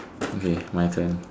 okay my turn